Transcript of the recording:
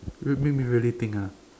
wait made me really think ah